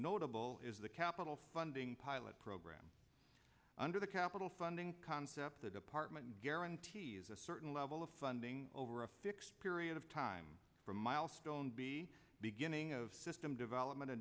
notable is the capital funding pilot program under the capital funding concept the department guarantees a certain level of funding over a fixed period of time from milestone be beginning of system development a